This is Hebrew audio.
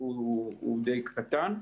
הוא די קטן.